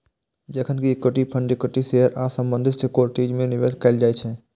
जखन कि equity fund equity share आ संबंधित सिक्योरिटीज मे निवेश कैल जाइ छै